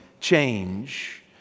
change